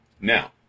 Now